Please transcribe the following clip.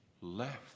Left